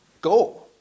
Go